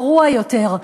גרוע יותר,